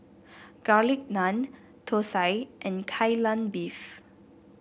Garlic Naan thosai and Kai Lan Beef